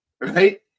right